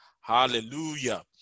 hallelujah